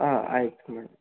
ಹಾಂ ಆಯಿತು ಮೇಡಂ